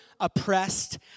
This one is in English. oppressed